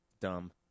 Dumb